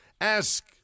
Ask